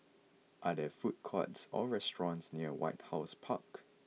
are there food courts or restaurants near White House Park